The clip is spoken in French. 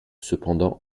cependant